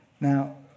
Now